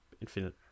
Infinite